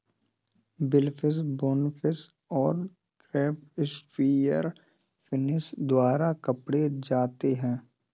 billfish, bonefish और crab spear fishing द्वारा पकड़े जाते हैं